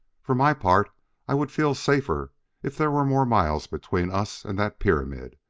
for my part i would feel safer if there were more miles between us and that pyramid.